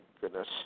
goodness